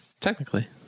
Technically